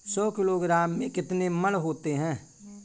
सौ किलोग्राम में कितने मण होते हैं?